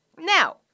Now